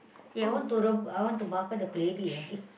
eh I want to rebus I want to bakar the keledek ah eh